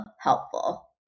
helpful